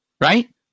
right